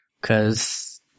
cause